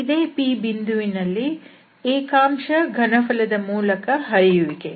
ಇದೇ P ಬಿಂದುವಿನಲ್ಲಿ ಏಕಾಂಶ ಘನಫಲದ ಮೂಲಕ ಹರಿಯುವಿಕೆ